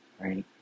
right